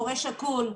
הורה שכול,